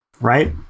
right